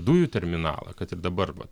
dujų terminalą kad ir dabar va